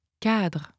cadre